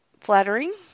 flattering